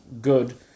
good